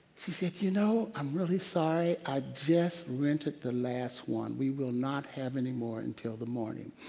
she said, you know, i'm really sorry, i just rented the last one. we will not have anymore until the morning.